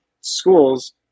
schools